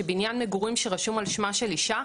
שבעניין מגורים שרשום על שמה של אישה,